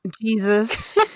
Jesus